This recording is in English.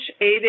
eight